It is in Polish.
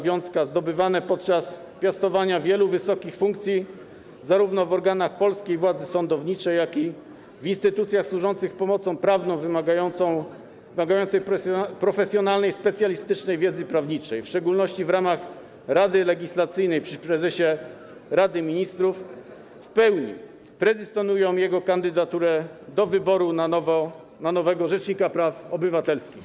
Wiącka zdobywane podczas piastowania wielu wysokich funkcji, zarówno w organach polskiej władzy sądowniczej, jak i w instytucjach służących pomocą prawną, wymagających profesjonalnej, specjalistycznej wiedzy prawniczej, w szczególności w ramach działań Rady Legislacyjnej przy prezesie Rady Ministrów, w pełni predysponują jego kandydaturę do wyboru na nowego rzecznika praw obywatelskich.